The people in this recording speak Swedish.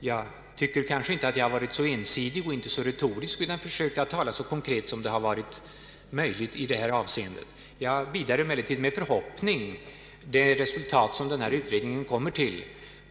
Jag tycker nog inte att jag har varit så ensidig och så retorisk utan försökt tala så konkret som möjligt i det här avseendet. Jag bidar emellertid med förhoppning det resultat som denna utredning kommer fram till.